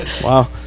wow